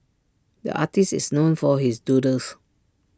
the artist is known for his doodles